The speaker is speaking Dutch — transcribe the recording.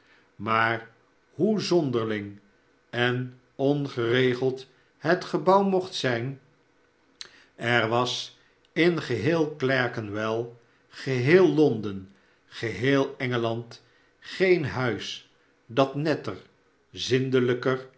maar hoe zonderling en ongeregeld het gebouw mocht zijn er was in geheel clerkenwell geheel londen geheel engeland geen huis dat netter zindelijker